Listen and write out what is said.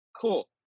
Cool